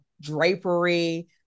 drapery